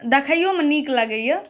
देखियोमे नीक लगैया